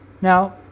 Now